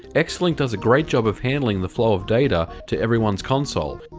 and xlink does a great job of handling the flow of data to everyone's console.